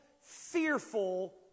fearful